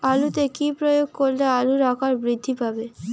আলুতে কি প্রয়োগ করলে আলুর আকার বৃদ্ধি পাবে?